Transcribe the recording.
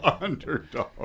underdog